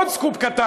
עוד סקופ קטן,